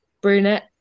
brunette